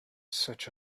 such